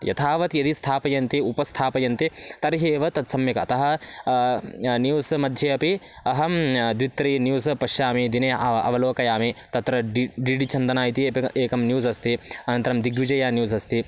यथावत् यदि स्थापयन्ति उपस्थापयन्ति त र्हि एव तत् सम्यक् अतः न्यूस् मध्ये अपि अहं द्वित्राणि न्यूस् पश्यामि दिने अवलोकयामि तत्र डी डी डि चन्दना इति एकं न्यूस् अस्ति अनन्तरं दिग्विजया न्यूस् अस्ति